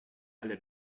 alle